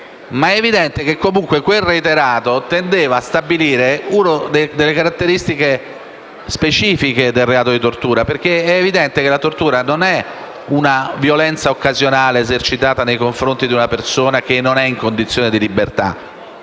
che in ogni caso quel reiterato tendeva a stabilire una delle caratteristiche specifiche del reato di tortura. È certo, infatti, che la tortura non è una violenza occasionale esercitata nei confronti di una persona che non è in condizioni di libertà.